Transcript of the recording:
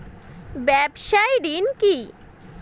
ব্যবসায় ঋণ কি?